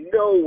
no